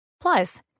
Plus